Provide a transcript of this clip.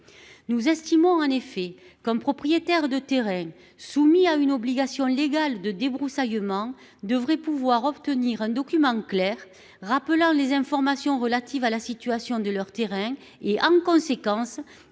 Nous estimons en effet comme propriétaire de terrain. Soumis à une obligation légale de débroussaillement devrait pouvoir obtenir un document clair rappelant les informations relatives à la situation de leur terrain et en conséquence,